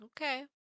Okay